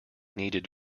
needed